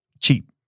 cheap